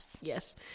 Yes